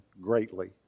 greatly